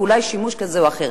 ואולי שימוש כזה או אחר.